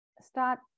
start